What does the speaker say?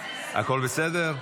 הכול בסדר?